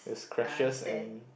I understand